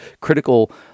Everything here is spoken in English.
critical